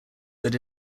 that